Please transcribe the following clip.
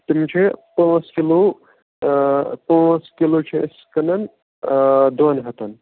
تِم چھِ پانٛژھ کِلوٗ پانٛژھ کِلوٗ چھِ أسۍ کٕنان دۄن ہَتَن